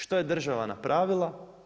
Što je država napravila?